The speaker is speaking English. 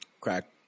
crack